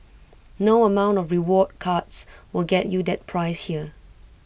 no amount of rewards cards will get you that price here